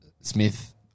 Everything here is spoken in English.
Smith